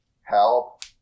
Help